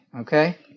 okay